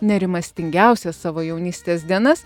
nerimastingiausias savo jaunystės dienas